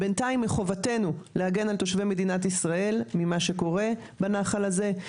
בינתיים מחובתנו להגן על תושבי מדינת ישראל ממה שקורה בנחל הזה.